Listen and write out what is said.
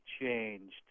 changed